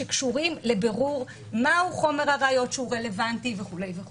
שקשורים לבירור מהו חומר הראיות שרלוונטי וכו' וכו'.